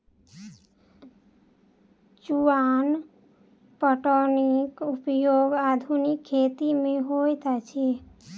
चुआन पटौनीक उपयोग आधुनिक खेत मे होइत अछि